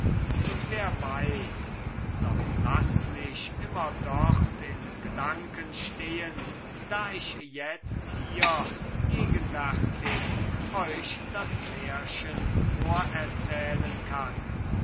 und wer weiß doch laßt mich immer dort in gedanken stehen da ich jetzt hier gegenwärtig euch das märchen vorerzählen kann